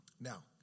Now